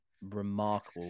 remarkable